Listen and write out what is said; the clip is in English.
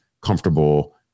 comfortable